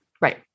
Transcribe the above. Right